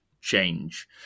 change